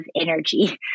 energy